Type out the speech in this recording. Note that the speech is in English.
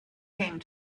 came